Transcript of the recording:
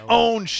own